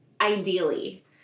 ideally